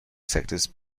sectors